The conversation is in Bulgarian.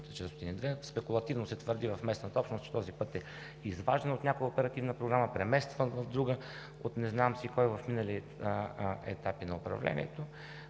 Спекулативно се твърди в местната общност, че този път е изваждан от някоя оперативна програма, преместван в друга от не знам си кой в минали етапи на управлението.